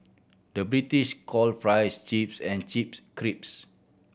the British call fries chips and chips crisps